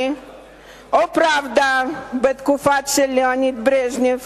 או "פראבדה" בתקופה של ליאוניד ברז'נייב